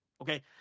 okay